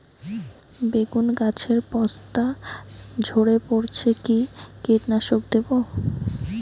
বেগুন গাছের পস্তা ঝরে পড়ছে কি কীটনাশক দেব?